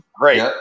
great